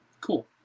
cool